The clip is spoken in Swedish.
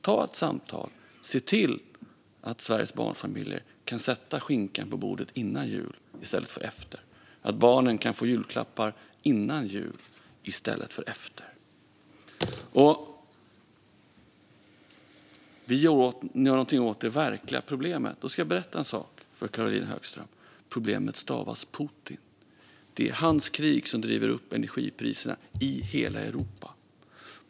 Ta ett samtal, och se till att Sveriges barnfamiljer kan sätta skinkan på bordet innan jul i stället för efter, att barnen kan få julklappar innan jul i stället för efter. Om ni vill göra någonting åt det verkliga problemet ska jag berätta en sak för Caroline Högström. Problemet stavas Putin. Det är hans krig som driver upp energipriserna i hela Europa.